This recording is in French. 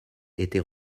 était